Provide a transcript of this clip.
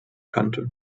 kannte